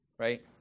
Right